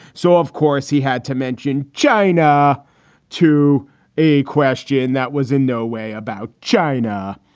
so, of course, he had to mention china to a question that was in no way about china.